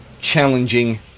challenging